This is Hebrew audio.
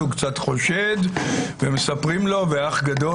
הוא קצת חושד ומספרים לו ואח גדול,